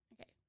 Okay